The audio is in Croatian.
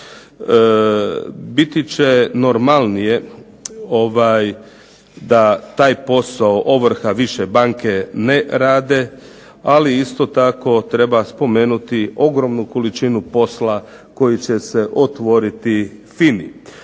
Biti će normalnije da taj posao ovrha više banke ne rade, ali isto tako treba spomenuti ogromnu količinu posla koji će se otvoriti FINA-i.